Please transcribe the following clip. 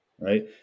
right